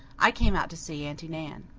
i came out to see aunty nan.